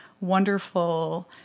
wonderful